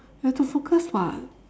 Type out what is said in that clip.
we have to focus [what]